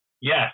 Yes